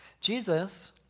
Jesus